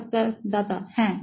সাক্ষাৎকারদাতা হ্যাঁ